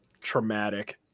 traumatic